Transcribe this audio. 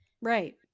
Right